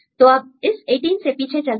तो अब इस 18 से पीछे चलते हैं